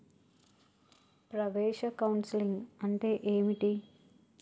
ప్రవేశ కౌన్సెలింగ్ అంటే ఏమిటి?